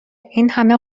اینهمه